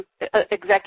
executive